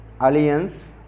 alliance